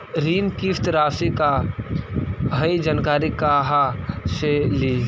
ऋण किस्त रासि का हई जानकारी कहाँ से ली?